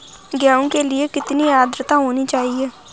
गेहूँ के लिए कितनी आद्रता होनी चाहिए?